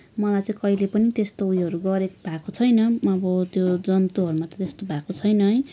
मलाई चाहिँ कहिल्यै पनि त्यस्तो उयोहरू गरेको भएको छैन अब त्यो जन्तुहरूमा त त्यस्तो भएको छैन है